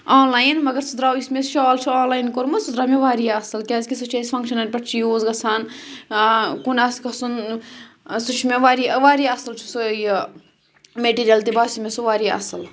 online مگر سُہ درٛاو یُس مےٚ شال چھُ آنلایَن کوٚرمُت سُہ درٛاو مےٚ وارِیاہ اَصٕل کیٛازکہِ سُہ چھُ اَسہِ فَنٛگشَنن پٮ۪ٹھ چھِ یوٗز گَژھان کُن آسہِ گَژھُن سُہ چھُ مےٚ وارِیاہ وارِیاہ اَصٕل چھُ سُہ یہِ میٚٹیٖریَل تہِ باسیو مےٚ سُہ وارِیاہ اَصٕل